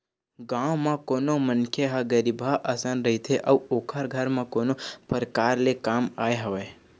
गाँव म कोनो मनखे ह गरीबहा असन रहिथे अउ ओखर घर म कोनो परकार ले काम आय हवय